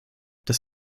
das